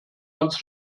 ans